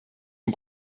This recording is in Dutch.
een